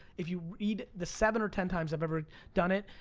if you read, the seven or ten times i've ever done it,